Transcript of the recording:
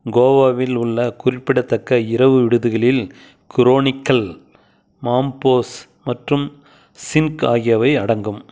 கோவாவில் உள்ள குறிப்பிடத்தக்க இரவு விடுதிகளில் குரோனிக்கல் மாம்போஸ் மற்றும் சின்க் ஆகியவை அடங்கும்